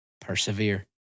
persevere